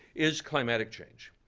is climatic change.